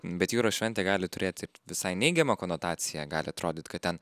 bet jūros šventė gali turėti ir visai neigiamą konotaciją gali atrodyt kad ten